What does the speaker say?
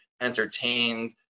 entertained